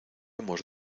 hemos